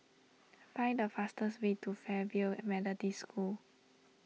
find the fastest way to Fairfield Methodist School